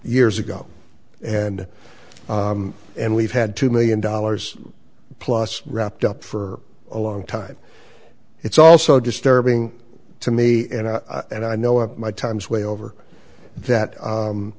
years ago and and we've had two million dollars plus wrapped up for a long time it's also disturbing to me and i know up my times way over that